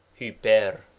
Hyper